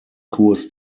kurs